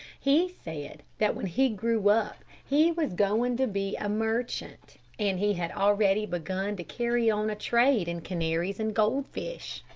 he said that when he grew up he was going to be a merchant, and he had already begun to carry on a trade in canaries and goldfish.